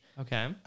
okay